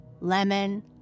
lemon